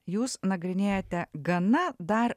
jūs nagrinėjate gana dar